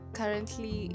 currently